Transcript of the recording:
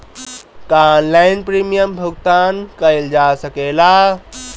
का online premium भुगतान कईल जा सकेला?